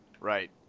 right